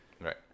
right